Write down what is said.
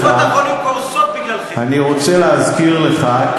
אני רוצה להזכיר לך,